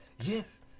Yes